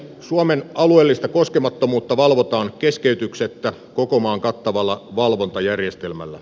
suomen alueellista kos kemattomuutta valvotaan keskeytyksettä koko maan kattavalla valvontajärjestelmällä